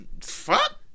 fuck